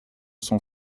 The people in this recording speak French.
son